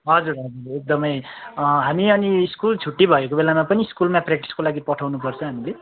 हजुर हजुर एकदमै हामी अनि स्कुल छुट्टी भएको बेलामा पनि स्कुलमा प्र्याक्टिसको लागि पठाउनुपर्छ हामीले